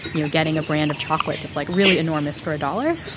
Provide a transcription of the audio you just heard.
you know, getting a brand of chocolate that's, like, really enormous for a dollar.